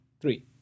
Three